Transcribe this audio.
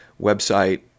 website